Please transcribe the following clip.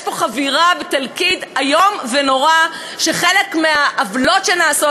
יש פה חבירה ותלכיד איום ונורא שחלק מהעוולות שנעשות,